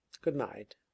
good-night